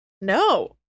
No